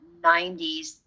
90s